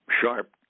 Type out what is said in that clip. sharp